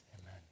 Amen